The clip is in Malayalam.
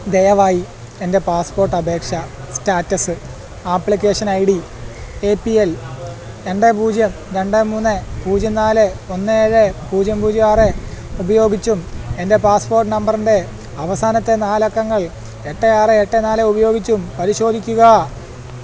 ദയവായി എൻ്റെ പാസ്പോർട് അപേക്ഷാ status application I D A P L രണ്ട് പൂജ്യം രണ്ട് മൂന്ന് പൂജ്യം നാല് ഒന്ന് ഏഴ് പൂജ്യം പൂജ്യം ആറ് ഉപയോഗിച്ചും എൻ്റ പാസ്പോർട്ട് നമ്പറിൻ്റെ അവസാനത്തെ നാല് അക്കങ്ങൾ എട്ട് ആറ് എട്ട് നാല് ഉപയോഗിച്ചും പരിശോധിക്കുക